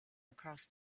across